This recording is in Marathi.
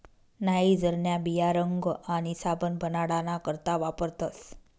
नाइजरन्या बिया रंग आणि साबण बनाडाना करता वापरतस